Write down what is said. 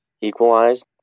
equalized